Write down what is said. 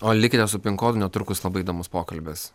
o likite su pin kodu netrukus labai įdomus pokalbis